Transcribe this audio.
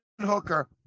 Hooker